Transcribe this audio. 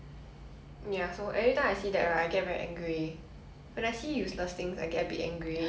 like why why do you waste time designing the thing manufacturing the thing